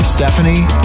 Stephanie